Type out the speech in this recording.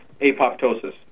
apoptosis